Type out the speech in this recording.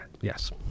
Yes